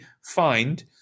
find